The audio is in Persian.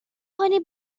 کنی